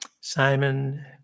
Simon